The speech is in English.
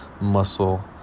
Muscle